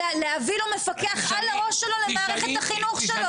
להביא לו מפקח על הראש שלו למערכת החינוך שלו.